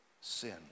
sin